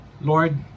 Lord